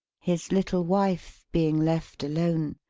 his little wife, being left alone,